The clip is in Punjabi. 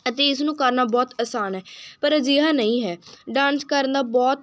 ਅਤੇ ਇਸ ਨੂੰ ਕਰਨਾ ਬਹੁਤ ਅਸਾਨ ਹੈ ਪਰ ਅਜਿਹਾ ਨਹੀਂ ਹੈ ਡਾਂਸ ਕਰਨ ਦਾ ਬਹੁਤ